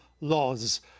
laws